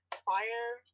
fire